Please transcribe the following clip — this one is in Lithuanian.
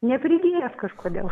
neprigijęs kažkodėl